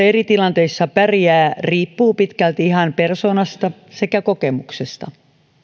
eri tilanteissa pärjää riippuu pitkälti ihan persoonasta sekä kokemuksesta